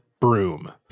broom